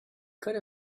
could